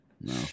No